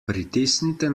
pritisnite